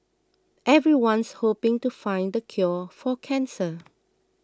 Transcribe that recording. everyone's hoping to find the cure for cancer